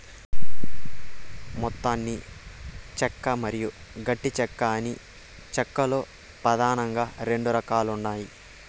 మెత్తని చెక్క మరియు గట్టి చెక్క అని చెక్క లో పదానంగా రెండు రకాలు ఉంటాయి